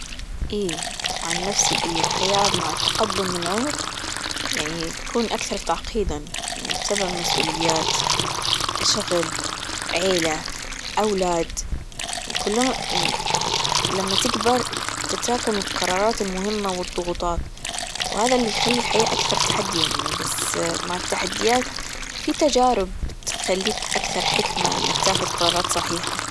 إيه عن نفسي إيه الحقيقة مع التقدم والعمر يعني تكون أكثر تعقيدا يعني بسبب مسئوليات، شغل، عيلة، أولاد كلهم يعني لما تكبر تتراكم القرارات المهمة والضغوطات وهذا اللي يخلي الحياة أكثر تحديا بس مع التحديات في تجارب بتخليك أكثر حكمة إنك تاخذ قرارات صحيحة.